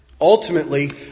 Ultimately